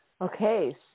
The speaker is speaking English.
Okay